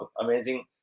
amazing